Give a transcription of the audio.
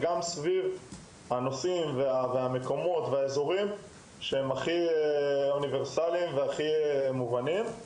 גם באשר למקומות שהם הכי אוניברסליים ומובנים.